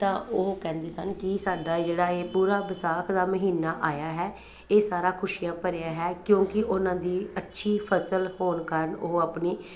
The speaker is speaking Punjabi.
ਤਾਂ ਉਹ ਕਹਿੰਦੇ ਸਨ ਕਿ ਸਾਡਾ ਜਿਹੜਾ ਇਹ ਪੂਰਾ ਵਿਸਾਖ ਦਾ ਮਹੀਨਾ ਆਇਆ ਹੈ ਇਹ ਸਾਰਾ ਖੁਸ਼ੀਆਂ ਭਰਿਆ ਹੈ ਕਿਉਂਕਿ ਉਹਨਾਂ ਦੀ ਅੱਛੀ ਫਸਲ ਹੋਣ ਕਾਰਨ ਉਹ ਆਪਣੀ